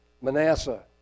Manasseh